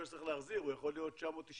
שצריך להחזיר והוא יכול להיות 999,